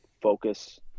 focus